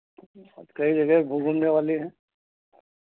कई जगह घू घूमने वाली हैं